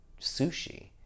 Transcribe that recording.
sushi